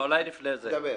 גבי, דבר.